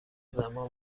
زمان